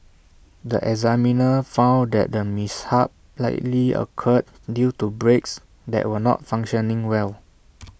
the examiner found that the mishap likely occurred due to brakes that were not functioning well